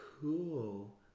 Cool